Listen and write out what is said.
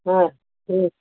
ಹಾಂ ಹ್ಞೂ